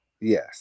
Yes